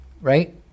right